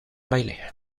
baile